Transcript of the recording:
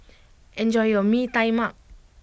enjoy your Mee Tai Mak